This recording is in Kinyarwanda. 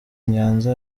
nyanza